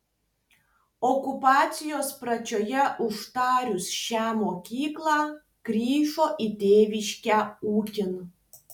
okupacijos pradžioje uždarius šią mokyklą grįžo į tėviškę ūkin